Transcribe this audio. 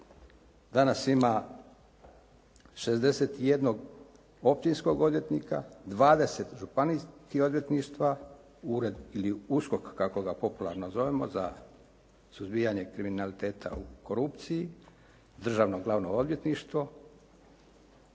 danas ima 61 općinskog odvjetnika, 20 županijskih odvjetništva, ured ili USKOK kako ga popularno zovemo za suzbijanje kriminaliteta u korupciju, Državno glavno odvjetništvo.